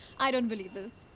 i don't believe this.